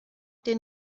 den